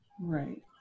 Right